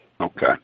Okay